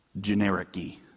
generic-y